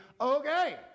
okay